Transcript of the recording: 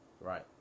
Right